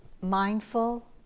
mindful